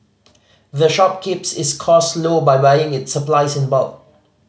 the shop keeps its cost low by buying its supplies in bulk